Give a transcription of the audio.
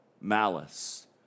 malice